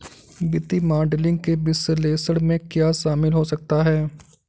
वित्तीय मॉडलिंग के विश्लेषण में क्या शामिल हो सकता है?